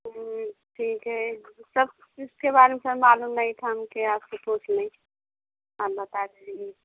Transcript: ठीक है सब इसके बार में सर मालूम नहीं था हम कि आपसे पूछ लें आप बता दीजिए